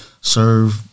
serve